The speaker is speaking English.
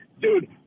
dude